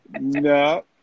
No